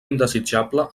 indesitjable